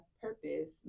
purpose